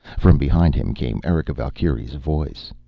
from behind him came erika's valkyrie voice.